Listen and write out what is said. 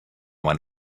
went